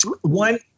One